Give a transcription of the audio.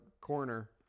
corner